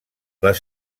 les